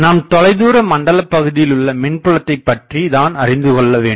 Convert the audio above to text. நாம் தொலைதூரமண்டல பகுதியிலுள்ள மின்புலத்தைப் பற்றித்தான் அறிந்துகொள்ள வேண்டும்